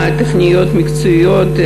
תוכניות מקצועיות.